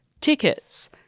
tickets